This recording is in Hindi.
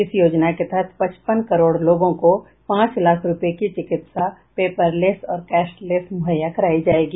इस योजना के तहत पचपन करोड़ लोगों को पांच लाख रुपए की चिकित्सा पेपर लेस और कैश लैस मुहैया कराई जायेगी